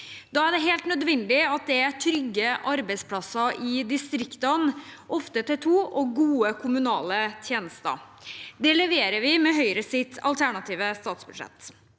Da er det helt nødvendig at det er trygge arbeidsplasser i distriktene – ofte til to – og gode kommunale tjenester. Det leverer vi med Høyres alternative statsbudsjett.